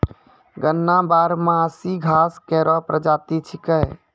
गन्ना बारहमासी घास केरो प्रजाति छिकै